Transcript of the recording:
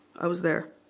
i was there